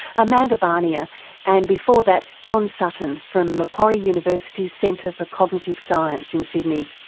amanda barnier and before that john sutton from macquarie university's centre for cognitive science in sydney.